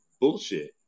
bullshit